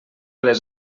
les